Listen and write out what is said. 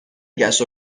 گشت